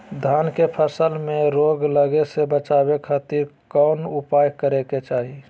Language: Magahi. धान के फसल में रोग लगे से बचावे खातिर कौन उपाय करे के चाही?